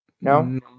No